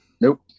Nope